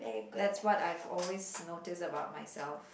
that's what I always notice about myself